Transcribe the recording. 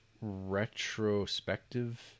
retrospective